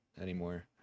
anymore